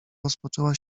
rozpoczęła